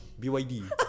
BYD